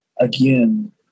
again